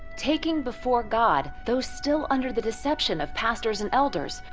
taking before god those still under the deception of pastors and elders,